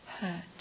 hurt